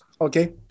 okay